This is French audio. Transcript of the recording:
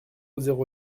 zéro